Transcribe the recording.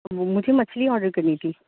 مجھے مچھلی آڈر کرنی تھی